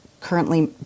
currently